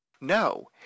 no